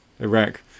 Iraq